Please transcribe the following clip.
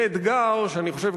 זה אתגר שאני חושב,